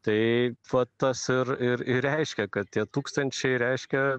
tai va tas ir ir reiškia kad tie tūkstančiai reiškia